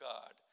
God